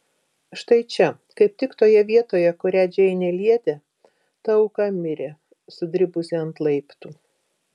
štai čia kaip tik toje vietoje kurią džeinė lietė ta auka mirė sudribusi ant laiptų